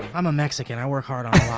i'm a mexican, i work hard on